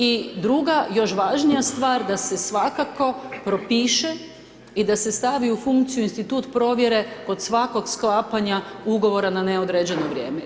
I druga još važnija stvar da se svakako propiše i da se stavi u funkciju institut provjere kod svakog sklapanja ugovora na neodređeno vrijeme.